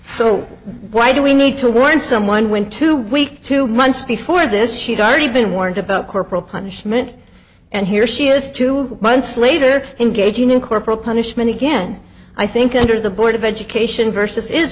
so why do we need to warn someone when two weeks two months before this she'd already been warned about corporal punishment and here she is two months later engaging in corporal punishment again i think under the board of education versus is